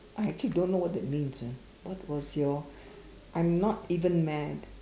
I actually don't know what that means ah what was your I'm not even mad